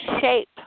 shape